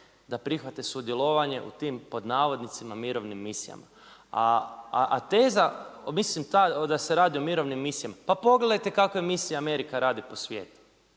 da prihvate sudjelovanje u tim „mirovnim misijama“. A teza, mislim ta, da se radi o mirovnim misijama, pa pogledajte kakve misije Amerika radi po svijetu.